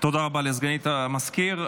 רבה לסגנית המזכיר.